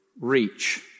reach